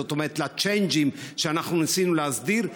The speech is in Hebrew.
זאת אומרת לצ'יינג'ים שניסינו להסדיר,